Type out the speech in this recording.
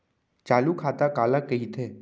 चालू खाता काला कहिथे?